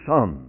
Son